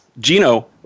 Gino